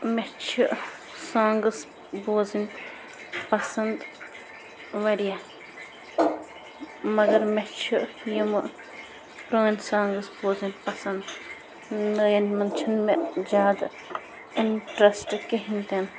مےٚ چھِ سانٛگٕس بوزٕنۍ پسنٛد واریاہ مگر مےٚ چھِ یِم پرٲنۍ سانٛگٕس بوزٕنۍ پسنٛد نَیَن منٛز چھِنہٕ مےٚ زیادٕ اِنٛٹَرسٹ کِہیٖنۍ تِنہٕ